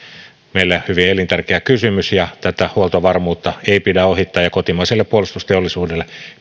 meille hyvin elintärkeä kysymys ja tätä huoltovarmuutta ei pidä ohittaa kotimaiselle puolustusteollisuudelle